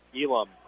Elam